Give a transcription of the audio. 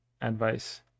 advice